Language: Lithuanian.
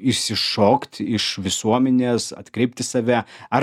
išsišokt iš visuomenės atkreipti save ar